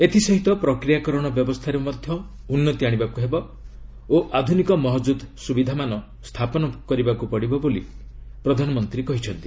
ଏଥିସହିତ ପ୍ରକ୍ରିୟାକରଣ ବ୍ୟବସ୍ଥାରେ ମଧ୍ୟ ଉନ୍ନତି ଆଶିବାକୁ ହେବ ଓ ଆଧୁନିକ ମହଜୁଦ ସୁବିଧା ସ୍ଥାପନ କରିବାକୁ ପଡ଼ିବ ବୋଲି ଶ୍ରୀ ମୋଦୀ କହିଛନ୍ତି